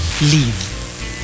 leave